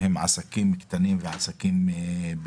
צהריים טובים.